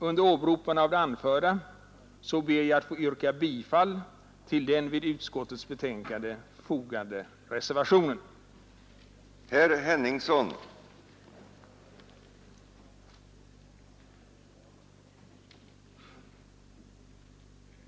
Under åberopande av det anförda ber jag att få yrka bifall till den vid utskottets betänkande fogade reservationen.